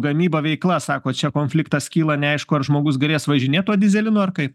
gamyba veikla sako čia konfliktas kyla neaišku ar žmogus galės važinėt tuo dyzelinu ar kaip